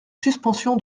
suspension